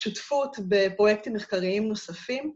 ‫שותפות בפרויקטים מחקריים נוספים.